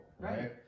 right